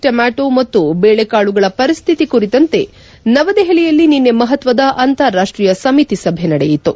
ಟೊಮ್ಬಾಟೋ ಮತ್ತು ಬೇಳೆಕಾಳುಗಳ ಪರಿಸ್ದಿತಿ ಕುರಿತಂತೆ ನವದೆಹಲಿಯಲ್ಲಿ ನಿನ್ನೆ ಮಹತ್ವದ ಅಂತಾರಾಷ್ಟೀಯ ಸಮಿತಿ ಸಭೆ ನಡೆಯಿತು